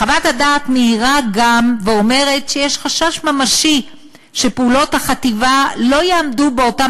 חוות הדעת מעירה גם ואומרת שיש חשש ממשי שפעולות החטיבה לא יעמדו באותם